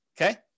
Okay